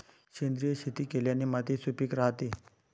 सेंद्रिय शेती केल्याने माती सुपीक राहते